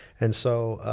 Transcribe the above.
and so,